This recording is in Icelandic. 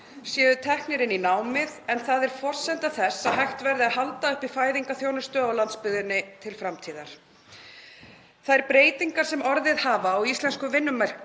séu teknir inn í námið, en það er forsenda þess að hægt verði að halda uppi fæðingarþjónustu á landsbyggðinni til framtíðar. Þær breytingar sem orðið hafa á íslenskum vinnumarkaði,